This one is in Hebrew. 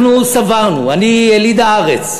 אנחנו סברנו, אני, יליד הארץ,